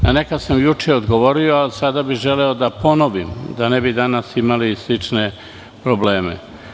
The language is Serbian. Na neka sam juče odgovorio, a sada bih želeo da ponovim; da ne bi danas imali slične probleme.